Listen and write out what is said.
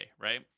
right